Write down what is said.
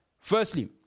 Firstly